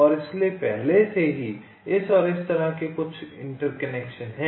और इसलिए पहले से ही इस और इस तरह के कुछ कनेक्शन हैं